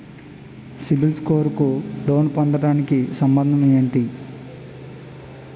CIBIL score కు loan పొందటానికి సంబంధం ఏంటి?